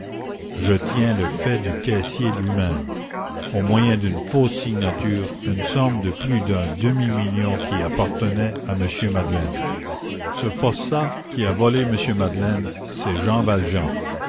je tiens le fait du caissier lui-même au moyen d'une fausse signature une somme de plus d'un demi-million qui appartenait à m madeleine ce forçat qui a volé m madeleine c'est jean valjean